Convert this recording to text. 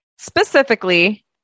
specifically